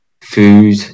food